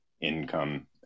income